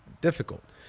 difficult